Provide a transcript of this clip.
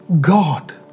God